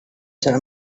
tell